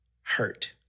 hurt